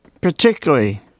particularly